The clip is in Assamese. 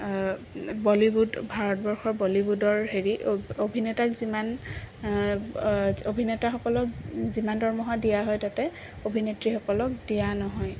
বলীউড ভাৰতবৰ্ষৰ বলীউডৰ হেৰি অভিনেতাক যিমান অভিনেতাসকল যিমান দৰমহা দিয়া হয় তাতে অভিনেত্ৰীসকলক দিয়া নহয়